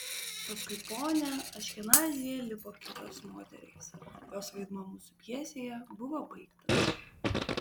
paskui ponią aškenazyje lipo kitos moterys jos vaidmuo mūsų pjesėje buvo baigtas